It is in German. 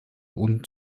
und